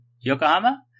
Yokohama